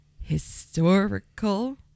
historical